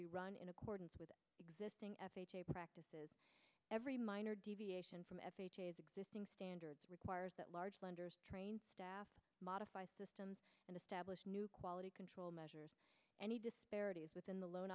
be run in accordance with existing f h a practices every minor deviation from existing standards requires that large lenders trained staff modify systems and establish new quality control measures any disparities within the loan